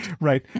Right